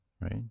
right